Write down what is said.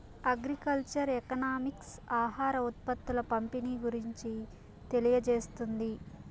agriculture economics ఆహార ఉత్పత్తుల పంపిణీ గురించి తెలియజేస్తుంది